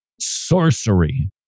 sorcery